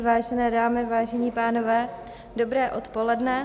Vážené dámy, vážení pánové, dobré odpoledne.